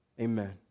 Amen